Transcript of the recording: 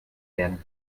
werden